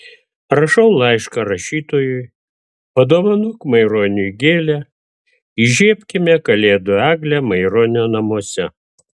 rašau laišką rašytojui padovanok maironiui gėlę įžiebkime kalėdų eglę maironio namuose